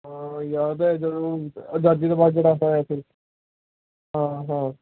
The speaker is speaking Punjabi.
ਹਾਂ ਯਾਦ ਹੈ ਜਦੋਂ ਆਜ਼ਾਦੀ ਤੋਂ ਬਾਅਦ ਜਿਹੜਾ ਹੋਇਆ ਸੀ ਹਾਂ ਹਾਂ